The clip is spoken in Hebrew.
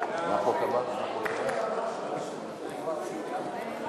חוק לעידוד מחקר ופיתוח בתעשייה (תיקון מס' 7),